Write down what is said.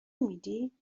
میدی